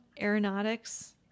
Aeronautics